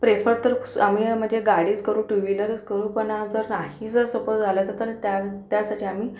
prefer तर स आम्ही म्हणजे गाडीच करू टू व्हीलरच करू पण जर नाही जर सोपं झालं तर त्यां त्यासाठी आम्ही